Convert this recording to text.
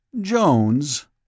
Jones